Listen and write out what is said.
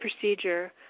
procedure